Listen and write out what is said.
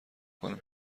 کنم